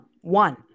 one